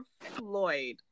Floyd